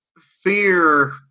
fear